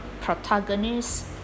protagonist